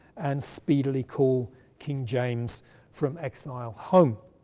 and speedily call king james from exile home.